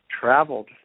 traveled